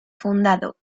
fundado